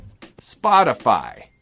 Spotify